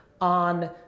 on